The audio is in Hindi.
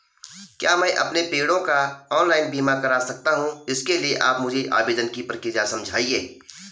क्या मैं अपने पेड़ों का ऑनलाइन बीमा करा सकता हूँ इसके लिए आप मुझे आवेदन की प्रक्रिया समझाइए?